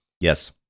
Yes